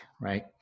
right